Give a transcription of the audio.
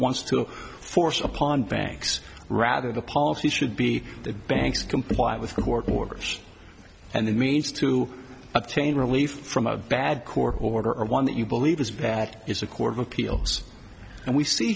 wants to force upon banks rather the policy should be that banks comply with court orders and that means to obtain relief from a bad court order or one that you believe is bad is a court of appeals and we see